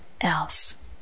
else